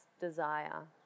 desire